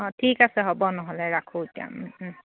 অঁ ঠিক আছে হ'ব নহ'লে ৰাখোঁ এতিয়া